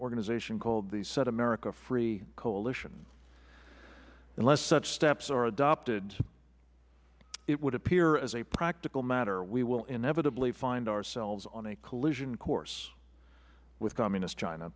organization called the set america free coalition unless such steps are adopted it would appear as a practical matter we will inevitably find ourselves on a collision course with communist china